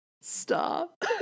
Stop